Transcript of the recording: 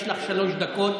יש לך שלוש דקות